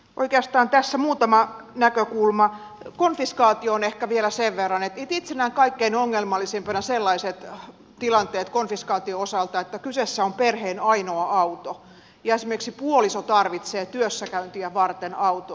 oikeastaan tässä muutama näkökulma konfiskaatioon ehkä vielä sen verran että itse näen kaikkein ongelmallisimpina konfiskaation osalta sellaiset tilanteet että kyseessä on perheen ainoa auto ja esimerkiksi puoliso tarvitsee työssäkäyntiä varten autoa